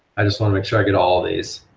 i just wanna make sure i get all of these.